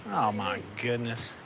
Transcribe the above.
oh my goodness!